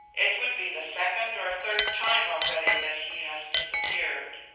it would be the second or third time already that he has disappeared.